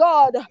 God